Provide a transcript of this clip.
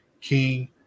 King